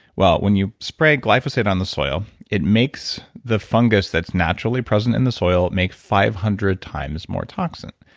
well, when you spray glyphosate on the soil, it makes the fungus that's naturally present in the soil, make five hundred times more toxin.